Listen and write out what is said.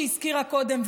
שהזכירה קודם,